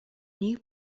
new